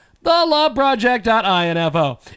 TheLoveProject.info